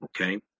okay